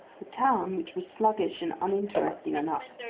the town, which was sluggish and uninteresting enough,